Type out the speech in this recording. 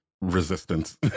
resistance